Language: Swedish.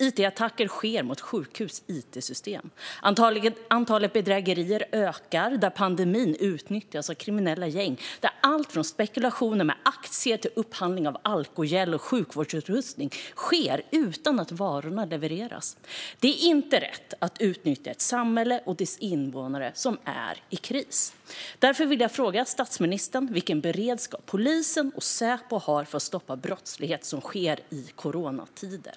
It-attacker sker mot sjukhus it-system. Antalet bedrägerier ökar där pandemin utnyttjas av kriminella gäng. Det gäller allt från spekulationer med aktier till upphandling av alkogel och sjukvårdsutrustning som sker utan att varorna levereras. Det är inte rätt att utnyttja ett samhälle och dess invånare som är i kris. Därför vill jag fråga statsministern vilken beredskap polisen och Säpo har för att stoppa brottslighet som sker i coronatider.